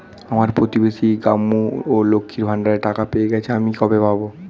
আমার প্রতিবেশী গাঙ্মু, লক্ষ্মীর ভান্ডারের টাকা পেয়ে গেছে, আমি কবে পাব?